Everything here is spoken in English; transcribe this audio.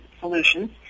solutions